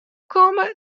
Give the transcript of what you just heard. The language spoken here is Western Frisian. komme